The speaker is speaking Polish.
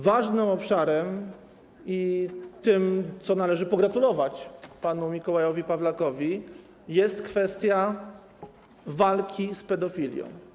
Ważnym obszarem i tym, w sprawie czego należy pogratulować panu Mikołajowi Pawlakowi, jest kwestia walki z pedofilią.